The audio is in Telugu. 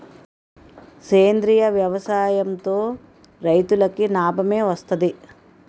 సేంద్రీయ వ్యవసాయం తో రైతులకి నాబమే వస్తది